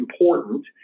important